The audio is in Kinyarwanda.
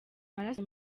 amaraso